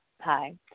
hi